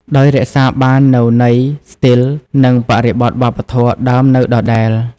ដោយរក្សាបាននូវន័យ ស្ទីល និងបរិបទវប្បធម៌ដើមនៅដដែល។